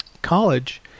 College